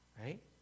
Right